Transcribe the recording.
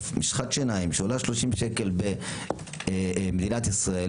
בסוף שמשחת שיניים שעולה 30 שקל במדינת ישראל